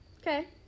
Okay